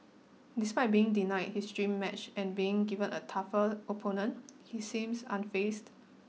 despite being denied his dream match and being given a tougher opponent he seems unfazed